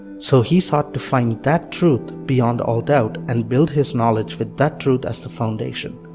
so he sought to find that truth beyond all doubt, and build his knowledge with that truth as the foundation.